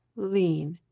lean,